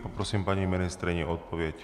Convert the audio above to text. Poprosím paní ministryni o odpověď.